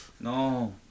No